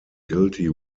guilty